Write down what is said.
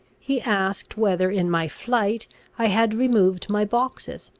he asked whether in my flight i had removed my boxes,